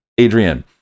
Adrian